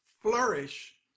flourish